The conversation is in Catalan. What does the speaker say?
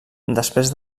després